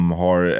har